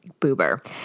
Boober